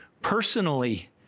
personally